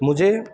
مجھے